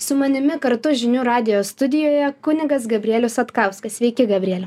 su manimi kartu žinių radijo studijoje kunigas gabrielius satkauskas sveiki gabrieliau